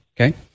Okay